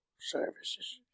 services